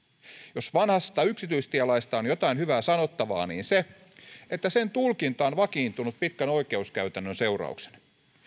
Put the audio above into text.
jos vanhasta yksityistielaista on jotain hyvää sanottavaa niin se että sen tulkinta on vakiintunut pitkän oikeuskäytännön seurauksena